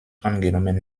angenommen